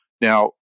Now